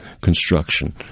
construction